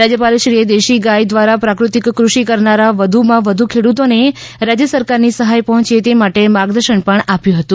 રાજ્યપાલશ્રીએ દેશી ગાય દ્વારા પ્રાફતિક કૃષિ કરનારા વધુમાં વધુ ખેડૂતોને રાજ્ય સરકારની સહાય પહોંચે તે માટે માર્ગદર્શન પણ આપ્યું હતું